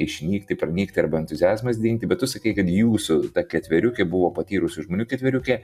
išnykti pranykti arba entuziazmas dingti bet tu sakei kad jūsų ta ketveriukė buvo patyrusių žmonių ketveriukė